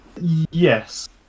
yes